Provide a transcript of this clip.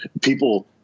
people